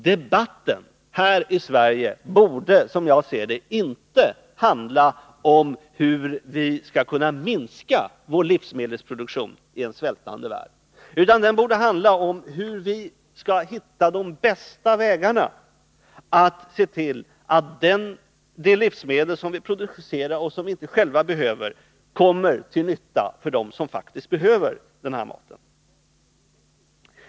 Debatten här i Sverige borde, som jag ser det, inte handla om hur vi skall kunna minska vår livsmedelsproduktion i en svältande värld, utan den borde handla om hur vi skall hitta de bästa vägarna att se till att de livsmedel som vi producerar och som vi inte själva behöver kommer till nytta för dem som faktiskt behöver denna mat.